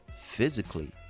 physically